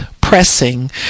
pressing